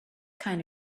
kind